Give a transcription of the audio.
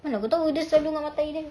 mana aku tahu dia selalu dengan matair dia